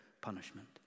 punishment